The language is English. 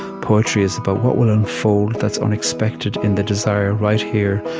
poetry is about what will unfold that's unexpected in the desire, right here,